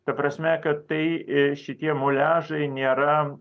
ta prasme kad tai šitie muliažai nėra